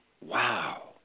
wow